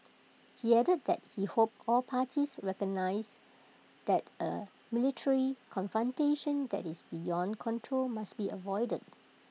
he added that he hoped all parties recognise that A military confrontation that is beyond control must be avoided